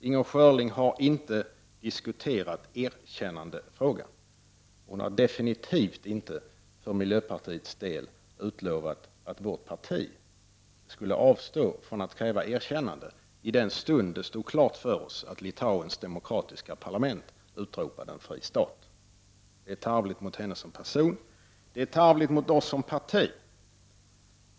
Inger Schörling har inte diskuterat frågan om ett erkännande. Hon har definitivt inte för miljöpartiets del utlovat att vårt parti skulle avstå från att kräva ett erkännande i den stund det stod klart för oss att Litauens demokratiska parlament utropade en fri stat. Detta angrepp är tarvligt mot Inger Schörling som person och det är tarvligt mot oss som parti.